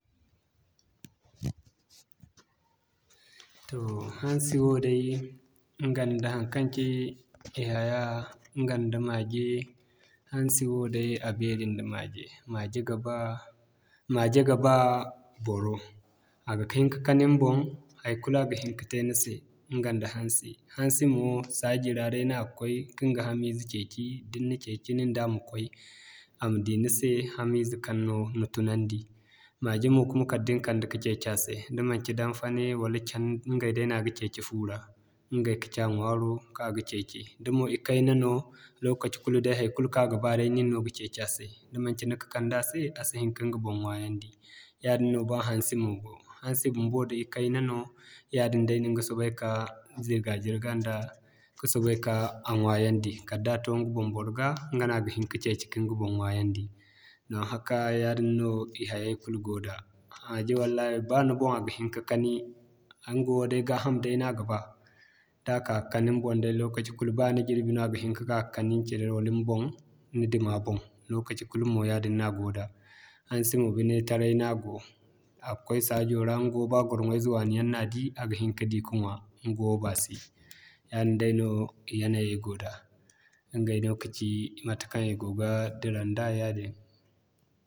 Toh hansi wo day ɲga nda haŋkaŋ ci i haya, ɲga nda maje hansi wo day a beeri ŋda maje. Maje ga baa, maje ga ba boro a ga hin ka kani ni boŋ, haikulu a ga hin ka te ni se ɲga nda hansi. Hansi mo saaji ra day no a ga koy ka ɲga hamize ceeci da ni na ceeci nin da ma koy a ma di ni se hamize kaŋ no ni tunandi. Maje mo kuma kala da ni kande ka ceeci a se da manci danfane wala caŋ, ɲgay day no a ga ceeci fu ra. Ɲgay kaci a ɲwaaro kaŋ a ga ceeci. Da mo ikayna no, lokaci kulu day haikulu kaŋ a ga ba nin no ga ceeci a se. Da manci nin ka'kande a se, a sihin ka ɲga boŋ ɲwaayandi. Yaadin no ba hansi mo, hansi bumbo da ikayna no, yaadin day no ni ga soobay ka zirga-zirga nda ka soobay ka a ɲwaayandi kala da a to ɲga boŋ boro ga, ɲga no a ga hin ka ceeci ka ɲga boŋ ɲwaayandi. Don haka, yaadin no hayay kulu go da. Maje wallahi ba ni boŋ a ga hin ka kani ɲga wo day gaa hamo day no a ga baa da ka'ka kani ni boŋ day lokaci kulu ba ni jirbi no a ga hin ka'ka ka kani ni cire wala ni boŋ, ni dima boŋ lokaci kulu mo yaadin no a go da. Hansi mo bine, taray no a go a ga koy saajo ra ɲgawo ba gwarŋwo ize waani yaŋ no a di, a ga hin ka di ka ɲwa ɲgawo baasi. Yaadin day no, i yanayay goo da ɲgay no kaci matekaŋ i go gaa dira nda yaadin.